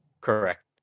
Correct